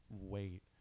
wait